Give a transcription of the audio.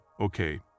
okay